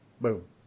Boom